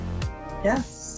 Yes